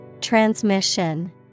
Transmission